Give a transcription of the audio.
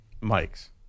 Mike's